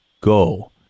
go